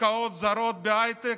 השקעות זרות בהייטק,